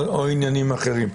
או עניינים אחרים.